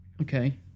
okay